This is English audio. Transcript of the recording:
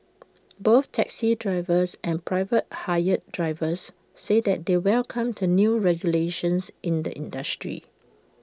both taxi drivers and private hire drivers said that they welcome the new regulations in the industry